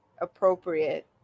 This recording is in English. appropriate